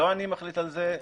לא אני מחליט על זה,